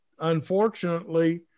unfortunately